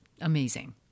amazing